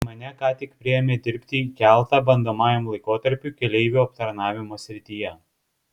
mane ką tik priėmė dirbti į keltą bandomajam laikotarpiui keleivių aptarnavimo srityje